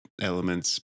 elements